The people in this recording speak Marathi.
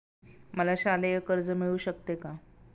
मला शालेय कर्ज मिळू शकते का?